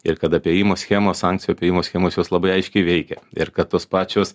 ir kad apėjimo schemos sankcijų apėjimo schemos jos labai aiškiai veikia ir kad tos pačios